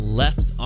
left